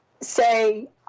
say